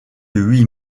huit